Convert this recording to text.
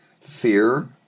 fear